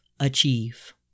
achieve